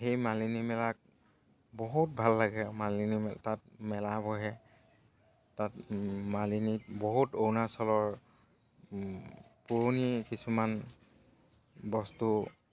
সেই মালিনী মেলা বহুত ভাল লাগে মালিনী তাত মেলা বহে তাত মালিনীত বহুত অৰুণাচলৰ পুৰণি কিছুমান বস্তু